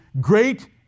great